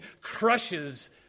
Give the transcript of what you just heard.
crushes